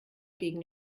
gegen